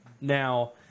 Now